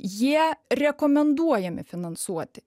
jie rekomenduojami finansuoti